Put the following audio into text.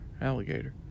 alligator